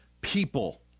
people